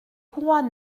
courroies